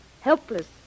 Helpless